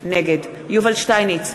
נגד יובל שטייניץ,